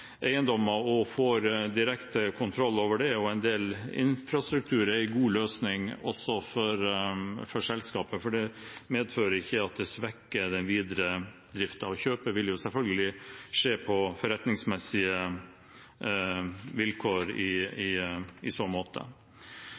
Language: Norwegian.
eiendommer og får direkte kontroll over dem og en del infrastruktur, er en god løsning også for selskapet, for det medfører ikke at det svekker den videre driften. Kjøpet vil selvfølgelig skje på forretningsmessige vilkår. Man kan mene mye om Svalbard, Svalbards framtid og selskapets rolle der. Det har i